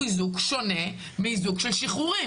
הוא איזוק שונה מהאיזוק של שחרורים.